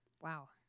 Wow